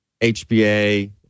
HBA